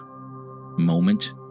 moment